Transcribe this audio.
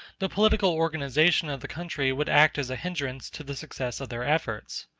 the political organization of the country would act as a hindrance to the success of their efforts.